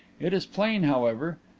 it is plain, however,